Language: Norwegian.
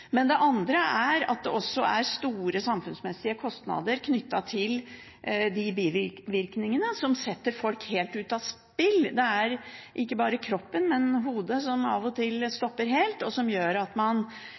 Det andre er at det også er store samfunnsmessige kostnader knyttet til de bivirkningene som setter folk helt ut av spill. Det er ikke bare kroppen, men også hodet, som av og til